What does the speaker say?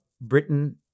Britain